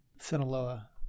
Sinaloa